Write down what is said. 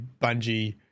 Bungie